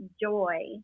joy